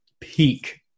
peak